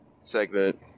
segment